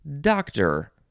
doctor